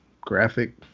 graphic